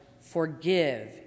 forgive